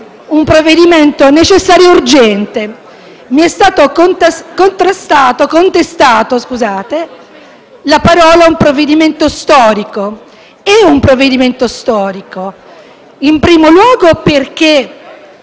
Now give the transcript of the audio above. un provvedimento necessario e urgente. Mi è stato contestato il fatto di averlo definito un provvedimento storico. È un provvedimento storico, in primo luogo perché